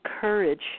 courage